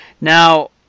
Now